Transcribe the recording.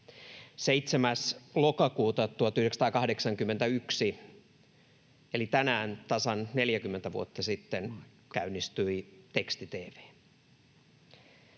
7. lokakuuta 1981, eli tänään tasan 40 vuotta sitten, käynnistyi teksti-tv.